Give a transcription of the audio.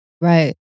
Right